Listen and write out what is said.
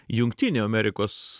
jungtinių amerikos